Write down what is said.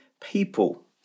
people